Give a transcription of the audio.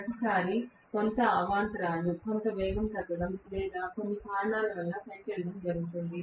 ప్రతిసారీ కొంత అవాంతరాలు కొంత వేగం తగ్గడం లేదా కొన్ని కారణాల వల్ల పైకి వెళ్ళడం జరుగుతుంది